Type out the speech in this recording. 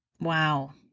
Wow